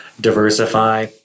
diversify